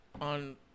on